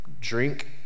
drink